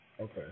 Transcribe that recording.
Okay